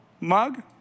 mug